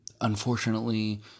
Unfortunately